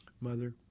mother